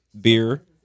beer